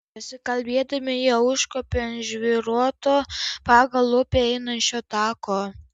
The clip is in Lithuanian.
besikalbėdami jie užkopė ant žvyruoto pagal upę einančio tako